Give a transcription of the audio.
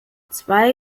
zwei